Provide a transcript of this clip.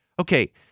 Okay